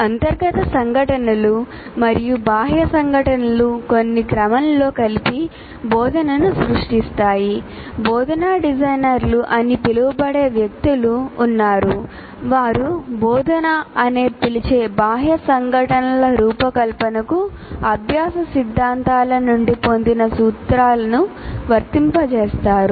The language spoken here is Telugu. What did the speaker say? అంతర్గత సంఘటనలు మరియు బాహ్య సంఘటనలు అని పిలిచే బాహ్య సంఘటనల రూపకల్పనకు అభ్యాస సిద్ధాంతాల నుండి పొందిన సూత్రాలను వర్తింపజేస్తారు